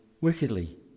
wickedly